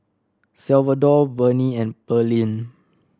Salvador Vernie and Pearlene